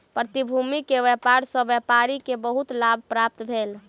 प्रतिभूति के व्यापार सॅ व्यापारी के बहुत लाभ प्राप्त भेल